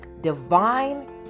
divine